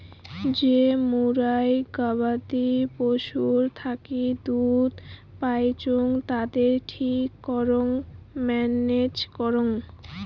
যে মুইরা গবাদি পশুর থাকি দুধ পাইচুঙ তাদের ঠিক করং ম্যানেজ করং